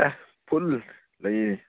ꯑꯦ ꯐꯨꯜ ꯂꯩꯌꯦ